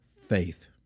faith